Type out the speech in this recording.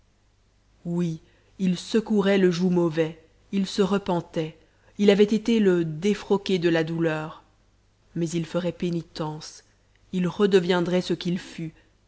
oui il secouerait le joug mauvais il se repentait il avait été le défroqué de la douleur mais il ferait pénitence il redeviendrait ce qu'il fut